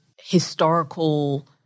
historical